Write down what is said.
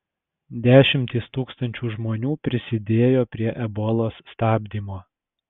dešimtys tūkstančių žmonių prisidėjo prie ebolos stabdymo